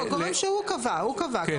לא, גורם שהוא קבע, כמובן.